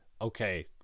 okay